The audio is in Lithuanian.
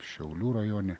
šiaulių rajone